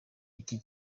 iki